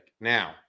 Now –